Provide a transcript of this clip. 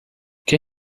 que